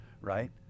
right